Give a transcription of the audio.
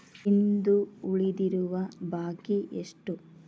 ಇಂದು ಉಳಿದಿರುವ ಬಾಕಿ ಎಷ್ಟು?